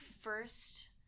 first